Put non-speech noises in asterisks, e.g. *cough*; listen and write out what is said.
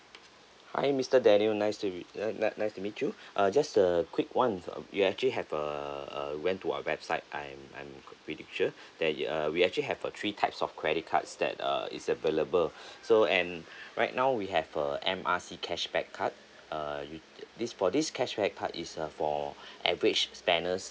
hi mister daniel nice to uh nice nice to meet you *breath* uh just the quick one uh you actually have err err went to our website I'm I'm pretty sure *breath* that uh we actually have a three types of credit cards that uh is available *breath* so and *breath* right now we have a M R C cashback card uh you this for this cashback card is uh for *breath* average spenders